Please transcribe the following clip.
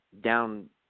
down